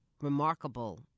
remarkable